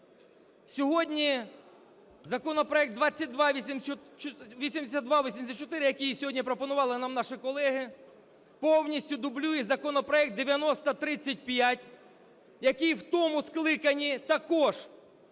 Сьогодні законопроект 2284, який сьогодні пропонували нам наші колеги, повністю дублює законопроект 9035, який в тому скликанні також